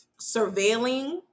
surveilling